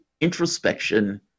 introspection